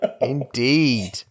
indeed